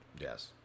Yes